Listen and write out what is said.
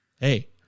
hey